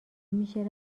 میشه